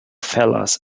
fellas